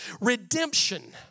redemption